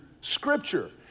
scripture